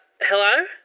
hello